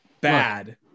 Bad